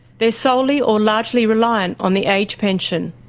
they're solely or largely reliant on the age pension.